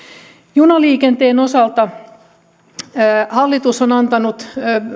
junaliikenteen osalta hallitus on antanut